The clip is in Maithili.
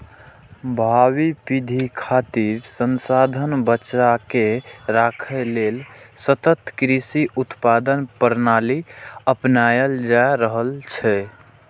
भावी पीढ़ी खातिर संसाधन बचाके राखै लेल सतत कृषि उत्पादन प्रणाली अपनाएल जा रहल छै